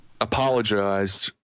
apologized